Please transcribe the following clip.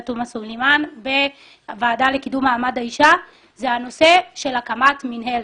תומא סלימאן בוועדה לקידום מעמד האישה זה הנושא של הקמת מינהלת.